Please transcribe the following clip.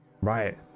Right